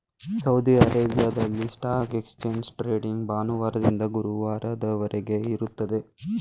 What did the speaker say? Saudi ಅರೇಬಿಯಾದಲ್ಲಿ stock exchange trading ಭಾನುವಾರದಿಂದ ಗುರುವಾರದವರೆಗೆ ಇರುತ್ತದೆ